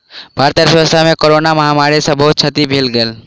भारतक अर्थव्यवस्था के कोरोना महामारी सॅ बहुत क्षति भेल छल